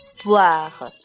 boire